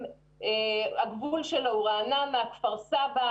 הגבול הוא רעננה וכפר סבא.